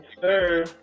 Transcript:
sir